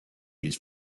his